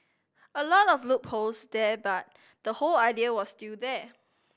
a lot of loopholes there but the whole idea was still there